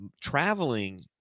Traveling